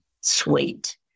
sweet